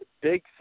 big